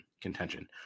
contention